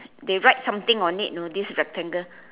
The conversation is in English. they write something on it you know this rectangle